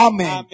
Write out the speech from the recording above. Amen